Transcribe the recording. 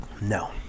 No